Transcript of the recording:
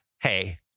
hey